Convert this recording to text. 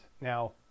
Now